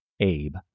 Abe